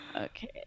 okay